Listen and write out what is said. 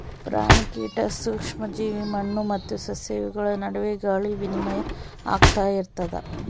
ಪ್ರಾಣಿ ಕೀಟ ಸೂಕ್ಷ್ಮ ಜೀವಿ ಮಣ್ಣು ಮತ್ತು ಸಸ್ಯ ಇವುಗಳ ನಡುವೆ ಗಾಳಿ ವಿನಿಮಯ ಆಗ್ತಾ ಇರ್ತದ